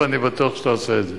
ואני בטוח שתעשה את זה.